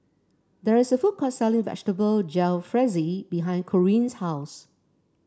there is a food court selling Vegetable Jalfrezi behind Corrine's house